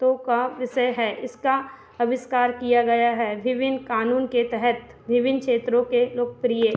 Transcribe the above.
तो का विषय है इसका आविष्कार किया गया है विभिन्न क़ानून के तहत विभिन्न क्षेत्रों के लोकप्रिय